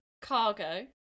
cargo